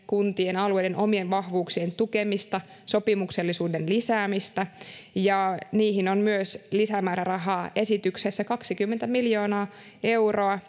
kuntien alueiden omien vahvuuksien tukemista sopimuksellisuuden lisäämistä niihin on myös lisämäärärahaa esityksessä kaksikymmentä miljoonaa euroa